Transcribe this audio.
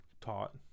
taught